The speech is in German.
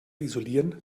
isolieren